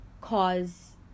cause